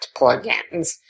plugins